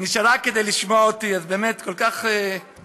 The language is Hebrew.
נשארה כדי לשמוע אותי, את באמת כל כך מפרגנת.